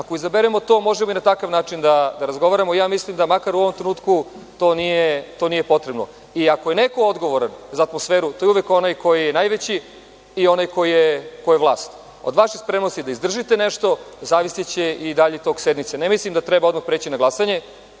ako izaberemo to, možemo i na takav način da razgovaramo. Ja mislim da, makar u ovom trenutku, to nije potrebno i ako je neko odgovoran za atmosferu, to je uvek onaj koji je najveći i onaj koji je vlast. Od vaše spremnosti da izdržite nešto zavisiće i dalji tok sednice. Ne mislim da treba odmah preći na glasanje,